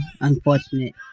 unfortunate